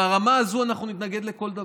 ברמה הזאת אנחנו נתנגד לכל דבר.